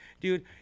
Dude